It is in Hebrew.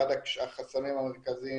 אחד החסמים המרכזיים